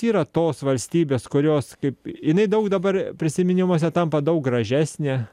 tai yra tos valstybės kurios kaip jinai daug dabar prisiminimuose tampa daug gražesnė